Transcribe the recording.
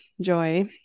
Joy